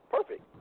Perfect